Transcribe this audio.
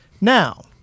Now